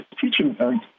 teaching